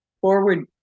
forward